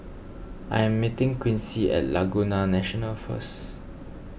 I am meeting Quincy at Laguna National first